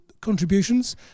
contributions